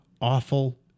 awful